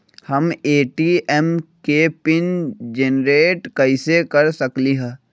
हम ए.टी.एम के pin generate कईसे कर सकली ह?